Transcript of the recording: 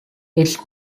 its